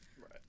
right